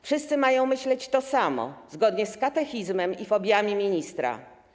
Wszyscy mają myśleć to samo, zgodnie z katechizmem i fobiami ministra.